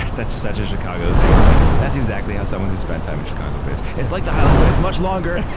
that's such a chicago thing. like that's exactly how someone who spent time in chicago but is. it's like the high line but it's much longer.